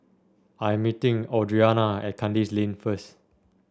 I am meeting Audriana at Kandis Lane first